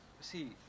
see